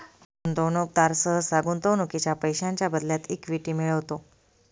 गुंतवणूकदार सहसा गुंतवणुकीच्या पैशांच्या बदल्यात इक्विटी मिळवतो